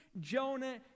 Jonah